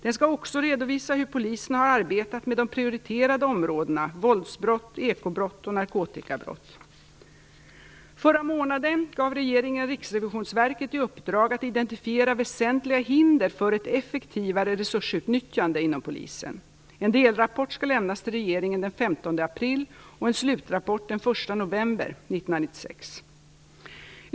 Den skall också redovisa hur polisen har arbetat med de prioriterade områdena våldsbrott, ekobrott och narkotikabrott. Förra månaden gav regeringen Riksrevisionsverket i uppdrag att identifiera väsentliga hinder för ett effektivare resursutnyttjande inom polisen. En delrapport skall lämnas till regeringen den 15 april och en slutrapport den 1 november 1996.